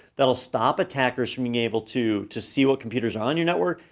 that'll stop attackers from being able to to see what computers are on your network,